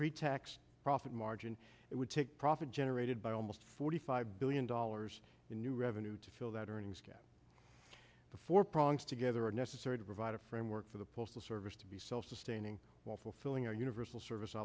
pre tax profit margin it would take profit generated by almost forty five billion dollars in new revenue to feel that earnings gap before prongs together are necessary to provide a framework for the postal service to be self sustaining while fulfilling our universal service